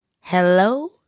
Hello